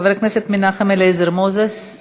חבר הכנסת מנחם אליעזר מוזס.